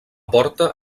porta